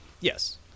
Yes